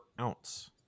ounce